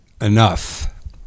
enough